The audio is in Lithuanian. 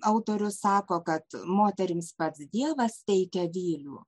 autorius sako kad moterims pats dievas teikia vylių